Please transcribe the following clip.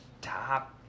top